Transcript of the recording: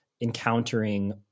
encountering